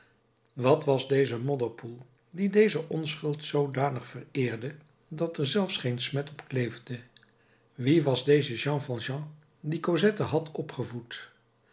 wat was deze modderpoel die deze onschuld zoodanig vereerde dat er zelfs geen smet op kleefde wie was deze jean valjean die cosette had opgevoed